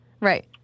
Right